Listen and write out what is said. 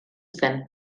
zen